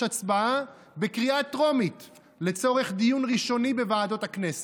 הצבעה בקריאה טרומית לצורך דיון ראשוני בוועדות הכנסת,